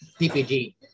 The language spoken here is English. PPG